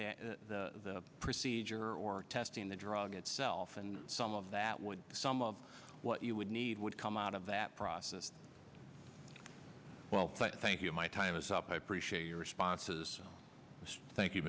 doing the procedure or testing the drug itself and some of that would be some of what you would need would come out of that process well thank you my time is up i appreciate your responses thank you